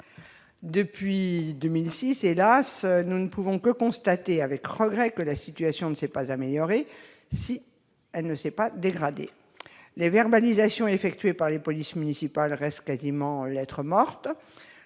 Depuis 2006, hélas, nous ne pouvons que constater, avec regret, que la situation ne s'est pas améliorée, si elle ne s'est pas dégradée. Les verbalisations effectuées par les polices municipales restent quasiment lettre morte.